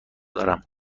دارم